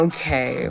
Okay